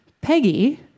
Peggy